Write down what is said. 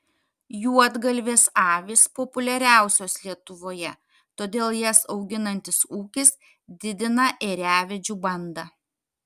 juodgalvės avys populiariausios lietuvoje todėl jas auginantis ūkis didina ėriavedžių bandą